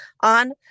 on